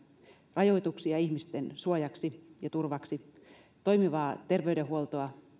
rajoituksia ihmisten suojaksi ja turvaksi toimivaa terveydenhuoltoa